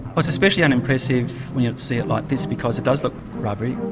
it's especially unimpressive when you see it like this because it does look rubbery.